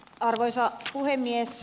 arvoisa puhemies